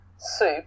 soup